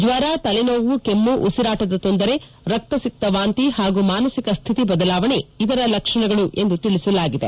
ಜ್ವರ ತಲೆನೋವು ಕೆಮ್ನು ಉಸಿರಾಟದ ತೊಂದರೆ ರಕ್ತಸಿಕ್ತ ವಾಂತಿ ಮತ್ತು ಮಾನಸಿಕ ಸ್ಥಿತಿ ಬದಲಾವಣೆ ಇದರ ಲಕ್ಷಣಗಳು ಎಂದು ತಿಳಿಸಲಾಗಿದೆ